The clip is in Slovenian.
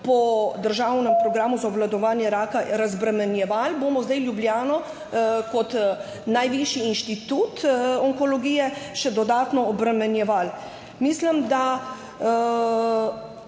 po Državnem programu obvladovanja raka razbremenjevali, bomo zdaj Ljubljano kot najvišji institut onkologije še dodatno obremenjevali. Zdaj, ko